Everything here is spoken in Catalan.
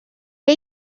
què